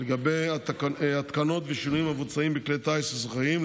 לגבי התקנות ושינויים המבוצעים בכלי טיס אזרחיים,